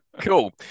cool